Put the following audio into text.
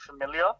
familiar